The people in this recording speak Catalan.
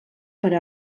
per